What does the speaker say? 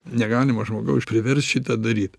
negalima žmogaus priverst šitą daryt